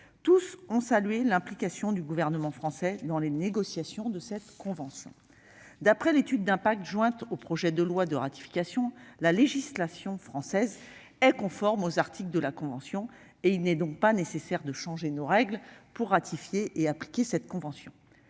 Tous ont salué l'implication du Gouvernement français dans les négociations. D'après l'étude d'impact du présent projet de loi, la législation française est conforme aux articles de la convention : il n'est donc pas nécessaire de changer nos règles pour ratifier et appliquer cet accord.